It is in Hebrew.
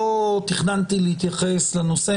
לא תכננתי להתייחס לנושא,